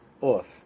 off